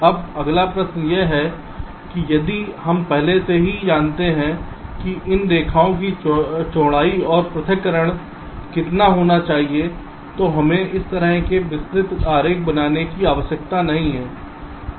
अब अगला प्रश्न यह है कि यदि हम पहले से ही जानते हैं कि इन रेखाओं की चौड़ाई और पृथक्करण कितना होना चाहिए तो हमें इस तरह के विस्तृत आरेख बनाने की आवश्यकता नहीं है